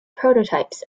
prototypes